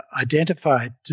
identified